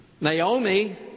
Naomi